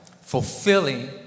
fulfilling